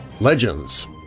legends